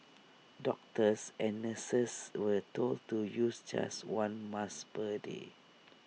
doctors and nurses were told to use just one mask per day